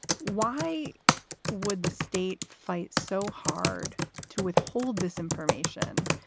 why would the state fight so hard to withhold this information,